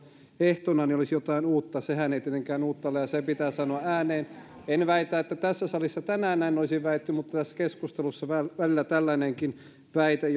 ehtona olisi jotain uutta sehän ei tietenkään uutta ole ja se pitää sanoa ääneen en väitä että tässä salissa tänään näin olisi väitetty mutta tässä keskustelussa välillä jopa tällainenkin väite